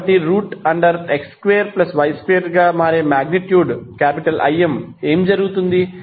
కాబట్టి x2y2 గా మారే మాగ్నిట్యూడ్ Im ఏమి జరుగుతుంది